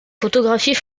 photographies